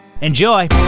enjoy